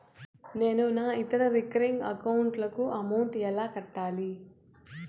నేను నా ఇతర రికరింగ్ అకౌంట్ లకు అమౌంట్ ఎలా కట్టాలి?